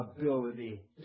ability